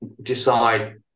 decide